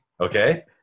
Okay